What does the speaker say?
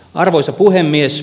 arvoisa puhemies